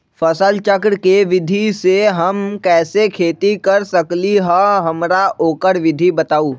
फसल चक्र के विधि से हम कैसे खेती कर सकलि ह हमरा ओकर विधि बताउ?